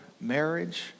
marriage